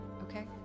Okay